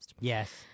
Yes